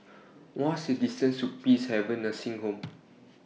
wha's The distance to Peacehaven Nursing Home